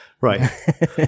Right